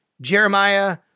Jeremiah